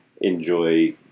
enjoy